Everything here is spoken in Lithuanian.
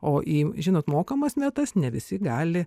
o į žinot mokamas vietas ne visi gali